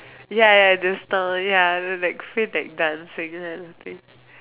ya ya the song ya that feel like dancing ya okay